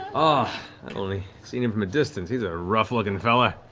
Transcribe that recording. ah and only seen him from a distance. he's a rough-looking fella.